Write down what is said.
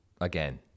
Again